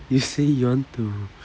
you say you want to